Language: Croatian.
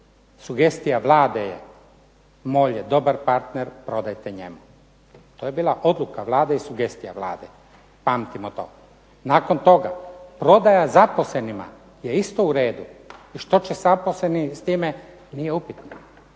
sugestija Vlade je MOL je dobar partner, prodajte njemu. To je bila odluka Vlade i sugestija Vlade. Pamtimo to. Nakon toga prodaja zaposlenima je isto u redu, i što će zaposleni s time nije upitno,